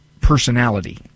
personality